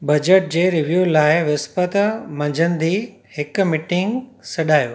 budget जे review लाइ विस्पत मंझंदि हिक मीटिंग सॾायो